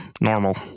Normal